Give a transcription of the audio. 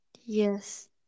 Yes